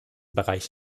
bereich